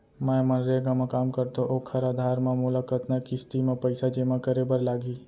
मैं मनरेगा म काम करथो, ओखर आधार म मोला कतना किस्ती म पइसा जेमा करे बर लागही?